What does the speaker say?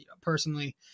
Personally